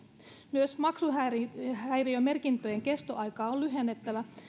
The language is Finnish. myös maksuhäiriömerkintöjen kestoaikaa on lyhennettävä